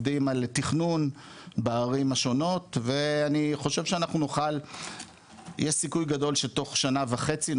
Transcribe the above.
עובדים על תכנון בערים השונות ויש סיכוי גדול שתוך שנה וחצי,